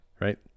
right